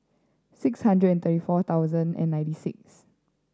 six hundred and thirty four thousand and ninety six